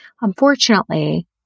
Unfortunately